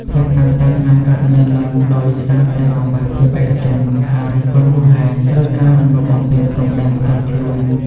ភាពតានតឹងអាចកើតមានឡើងដោយសារតែកង្វះភាពឯកជន ការរិះគន់ហួសហេតុ ឬការរំលោភបំពានព្រំដែនផ្ទាល់ខ្លួន។